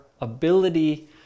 ability